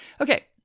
okay